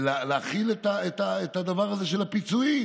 להכיל את הדבר הזה של הפיצויים.